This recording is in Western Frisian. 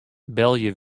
belje